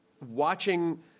watching